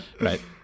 right